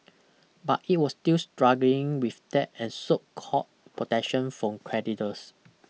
but it was still struggling with debt and sought court protection from creditors